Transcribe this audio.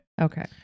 okay